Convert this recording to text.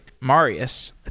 marius